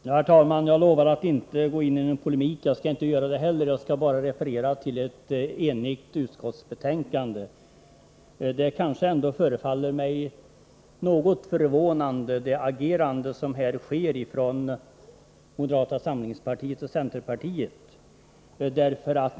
Herr talman! Jag lovade att inte gå in i någon polemik. Jag skall inte göra det heller. Jag skall bara referera till ett enigt utskottsbetänkande. Moderata samlingspartiet och centerpartiets agerande här förefaller mig något förvånande.